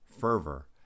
fervor